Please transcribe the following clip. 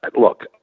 Look